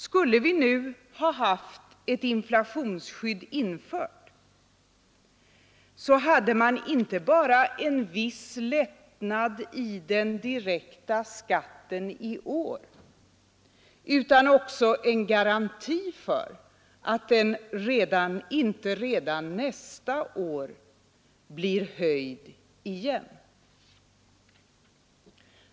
Skulle vi nu ha haft ett inflationsskydd infört, hade man inte bara en viss lättnad i den direkta skatten i år utan också en garanti för att den inte redan nästa år blir höjd igen.